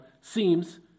seems